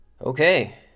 Okay